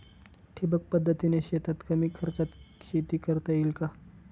ठिबक पद्धतीने शेतात कमी खर्चात शेती करता येईल का?